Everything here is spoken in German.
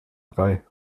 drei